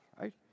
right